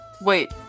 Wait